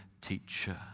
teacher